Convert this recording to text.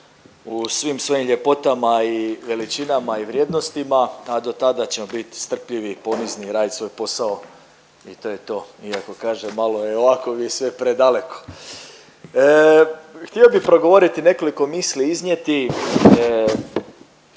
u svim svojim ljepotama i veličinama i vrijednostima, a do tada ćemo bit strpljivi, ponizni i radit svoj posao i to je to. Iako kažem malo je ovako mi je sve predaleko. Htio bi progovoriti nekoliko misli iznijeti.